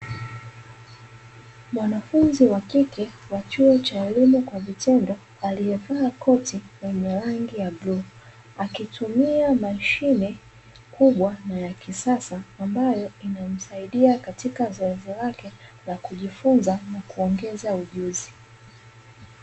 Mwanafunzi wa kike wa chuo cha elimu kwa vitendo, aliyevaa koti lenye rangi ya bluu, akitumia mashine kubwa na ya kisasa ambayo inamsaidia katika zoezi lake la kujifunza na kuongeza ujuzi.